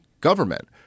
government